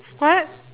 what